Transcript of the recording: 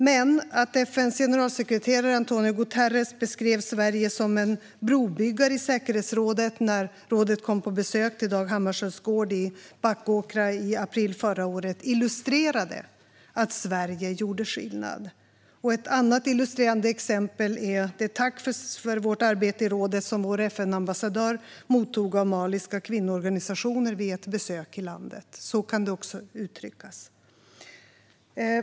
Men att FN:s generalsekreterare António Guterres beskrev Sverige som en brobyggare i säkerhetsrådet när rådet kom på besök till Dag Hammarskjölds gård i Backåkra i april förra året illustrerade att Sverige gjorde skillnad. Ett annat illustrerande exempel är det tack för vårt arbete i rådet som vår FN-ambassadör mottog av maliska kvinnoorganisationer vid ett besök i landet. Så kan det också uttryckas.